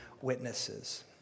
witnesses